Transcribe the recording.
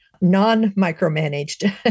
non-micromanaged